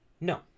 No